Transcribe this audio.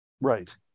Right